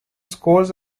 scores